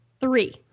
Three